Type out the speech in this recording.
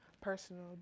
personal